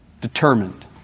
determined